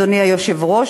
אדוני היושב-ראש,